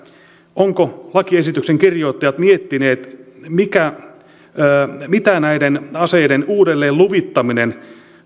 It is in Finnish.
ovatko lakiesityksen kirjoittajat miettineet mitä näiden aseiden uudelleenluvittaminen